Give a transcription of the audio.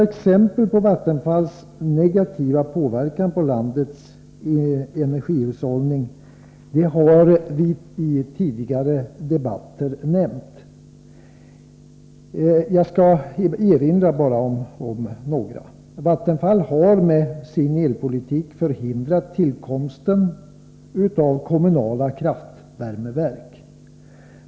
Exempel på Vattenfalls negativa påverkan på landets energihushållning har vi anfört i tidigare debatter. Jag skall nu bara erinra om några. Vattenfall har med sin elpolitik förhindrat tillkomsten av kommunala kraftvärmeverk.